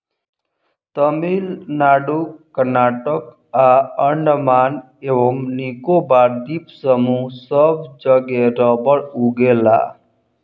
तमिलनाडु कर्नाटक आ अंडमान एवं निकोबार द्वीप समूह सब जगे रबड़ उगेला